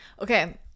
Okay